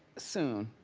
soon.